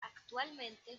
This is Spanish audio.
actualmente